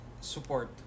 support